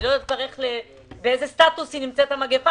ואני לא יודעת באיזה סטטוס המגפה נמצאת,